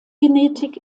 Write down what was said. genetik